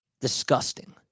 Disgusting